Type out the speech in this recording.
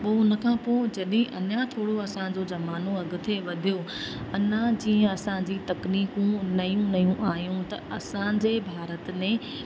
पोइ उन खां पोइ जॾहिं अञा थोरो असांजो ज़मानो अॻिते वधियो अञा जीअं असांजी तकनीकूं नयूं नयूं आहियूं त असांजे भारत ने